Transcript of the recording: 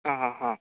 हा हा हा